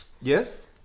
Yes